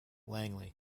langley